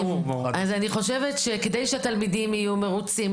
אני חושבת שכדי שהתלמידים יהיו מרוצים,